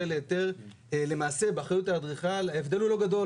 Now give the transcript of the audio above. להיתר למעשה באחריות האדריכל ההבדל הוא לא גדול.